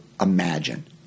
imagine